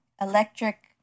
electric